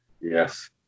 yes